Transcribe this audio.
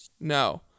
No